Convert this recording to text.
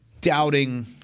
doubting